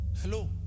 Hello